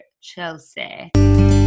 Chelsea